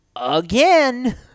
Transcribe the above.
again